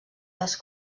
les